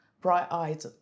bright-eyed